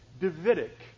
Davidic